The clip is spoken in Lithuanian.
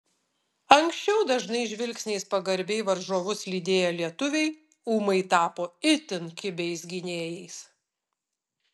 anksčiau dažnai žvilgsniais pagarbiai varžovus lydėję lietuviai ūmai tapo itin kibiais gynėjais